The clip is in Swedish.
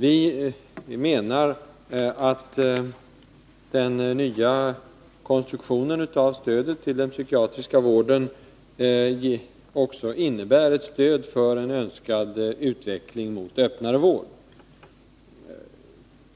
Vi menar att den nya konstruktionen av stödet till den psykiatriska vården också innebär ett stöd för en önskad utveckling mot öppnare vård.